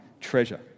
treasure